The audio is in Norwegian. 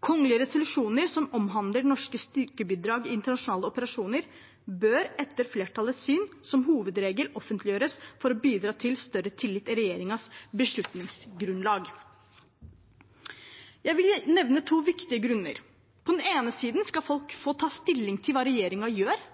«Kongelige resolusjoner som omhandler norske styrkebidrag til internasjonale operasjoner, bør etter flertallets syn som hovedregel offentliggjøres for å bidra til større tillit til regjeringens beslutningsgrunnlag.» Jeg vil nevne to viktige grunner. På den ene siden skal folk få ta stilling til hva regjeringen gjør.